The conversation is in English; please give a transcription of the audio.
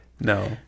No